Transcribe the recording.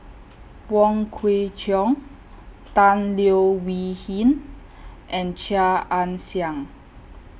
Wong Kwei Cheong Tan Leo Wee Hin and Chia Ann Siang